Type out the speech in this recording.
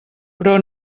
però